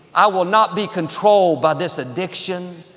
i will not be controlled by this addiction,